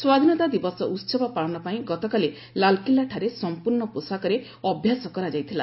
ସ୍ୱାଧୀନତା ଦିବସ ଉହବ ପାଳନ ପାଇଁ ଗତକାଲି ଲାଲ୍କିଲ୍ଲାଠାରେ ସମ୍ପର୍ଣ୍ଣ ପୋଷାକରେ ଅଭ୍ୟାସ କରାଯାଇଥିଲା